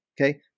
okay